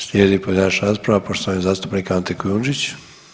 Slijedi pojedinačna rasprava, poštovani zastupnik Ante Kujundžić.